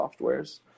softwares